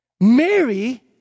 Mary